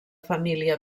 família